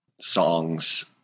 songs